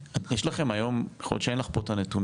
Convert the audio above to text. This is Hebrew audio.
יש לכם היום, יכול להיות שאין לך את הנתונים,